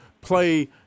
play